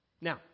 Now